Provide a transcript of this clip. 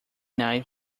night